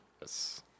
Yes